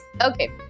okay